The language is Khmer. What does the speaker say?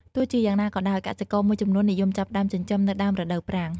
ទោះជាយ៉ាងណាក៏ដោយ កសិករមួយចំនួននិយមចាប់ផ្តើមចិញ្ចឹមនៅដើមរដូវប្រាំង។